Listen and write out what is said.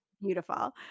Beautiful